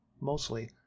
Mostly